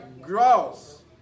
gross